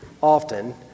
often